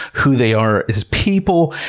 who they are as people,